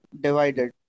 divided